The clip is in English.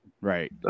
right